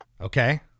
Okay